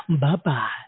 Bye-bye